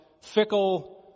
fickle